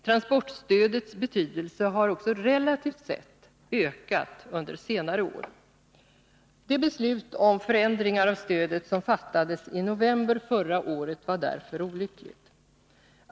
Transportstödets betydelse har relativt sett ökat under senare år. Det beslut om förändringar av stödet som fattades i november förra året var därför olyckligt.